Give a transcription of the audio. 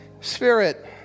Spirit